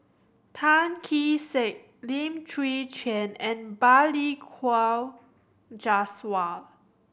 Tan Kee Sek Lim Chwee Chian and Balli Kaur Jaswal